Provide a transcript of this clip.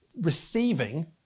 receiving